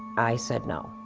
i said no.